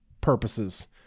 purposes